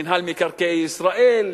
מינהל מקרקעי ישראל,